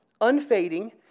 unfading